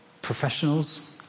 Professionals